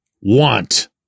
want